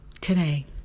today